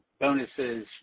bonuses